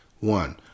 One